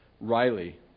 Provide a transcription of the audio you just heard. Riley